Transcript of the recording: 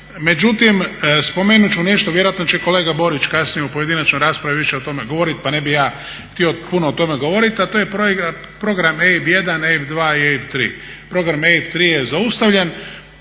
Međutim, spomenut ću nešto, vjerojatno će kolega Borić kasnije u pojedinačnoj raspravi više o tome govorit pa ne bih ja htio puno o tome govorit, a to je program EIB 1, EIB 2 i EIB 3. Program EIB 3 je zaustavljen.